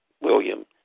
William